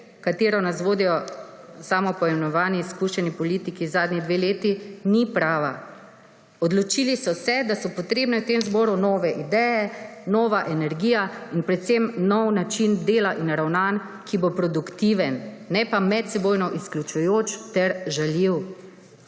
katero nas vodijo samopoimenovani izkušeni politiki zadnji dve leti, ni prava. Odločili so se, da so potrebne v tem zboru nove ideje, nova energija in predvsem nov način dela in ravnanj, ki bo produktiven ne pa medsebojno izključujoč ter žaljiv.